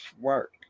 work